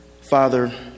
Father